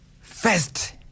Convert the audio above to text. first